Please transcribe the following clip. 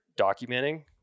documenting